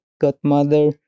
godmother